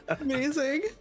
amazing